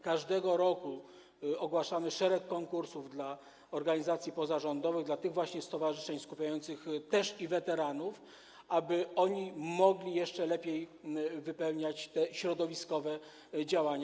Każdego roku ogłaszamy szereg konkursów dla organizacji pozarządowych, dla tych właśnie stowarzyszeń skupiających też weteranów, aby oni mogli jeszcze lepiej wypełniać te środowiskowe działania.